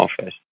office